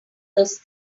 those